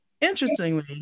Interestingly